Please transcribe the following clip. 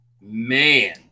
Man